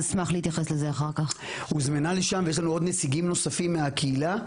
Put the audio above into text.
ויש לנו עוד נציגים מהקהילה,